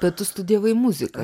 bet tu studijavai muziką